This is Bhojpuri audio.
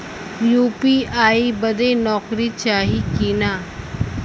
यू.पी.आई बदे नौकरी चाही की ना?